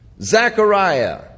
Zechariah